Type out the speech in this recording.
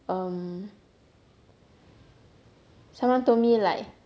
um someone told me like